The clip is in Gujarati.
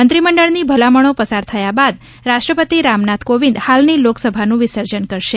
મંત્રિમંડળની ભલામણો પસાર થયા બાદ રાષ્ટ્રપતિ રામનાથ કોવિંદ હાલની લોકસભાનું વિસર્જન કરશે